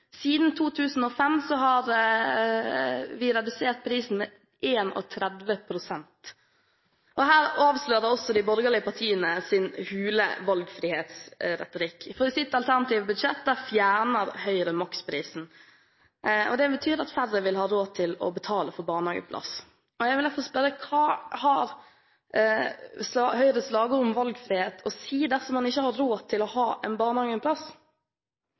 Siden 2005 har vi redusert prisen med 31 pst. Her avslører også de borgerlige partiene sin hule valgfrihetsretorikk. I sitt alternative budsjett fjerner Høyre maksprisen, og det betyr at færre vil ha råd til å betale for barnehageplass. Jeg vil derfor spørre: Hva har Høyres slagord om valgfrihet å si dersom man ikke har råd til å ha en barnehageplass?